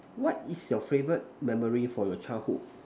what is your favourite memory from your childhood